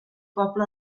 poble